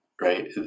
right